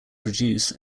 produce